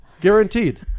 Guaranteed